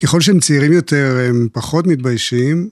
ככל שהם צעירים יותר הם פחות מתביישים,